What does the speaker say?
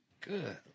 Good